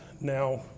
now